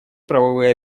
правовые